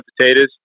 potatoes